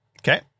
Okay